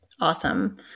Awesome